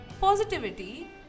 positivity